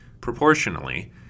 Proportionally